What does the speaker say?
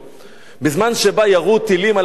בזמן שבה ירו טילים על אשקלון,